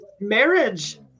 Marriage